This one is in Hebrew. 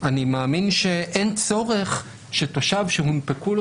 אני מאמין שאין צורך שתושב שהונפקו לו